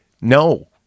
no